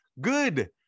good